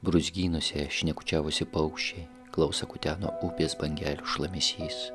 brūzgynuose šnekučiavosi paukščiai klausą kuteno upės bangelės šlamesys